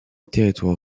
territoire